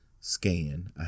scan